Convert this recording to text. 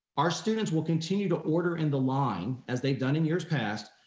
our students will continue to order in the line as they've done in years past,